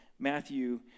Matthew